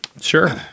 Sure